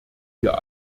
wir